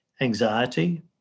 anxiety